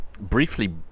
briefly